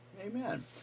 Amen